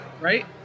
Right